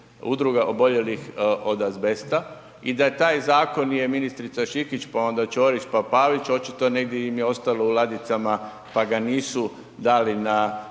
udruge oboljelih od azbesta i da je taj zakon ministrica Šikić pa onda Ćorić pa Pavić očito negdje im je ostalo u ladicama pa ga nisu dali na